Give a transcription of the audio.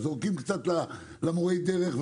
אז זורקים קצת למורי דרך,